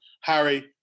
Harry